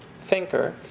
thinker